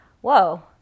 whoa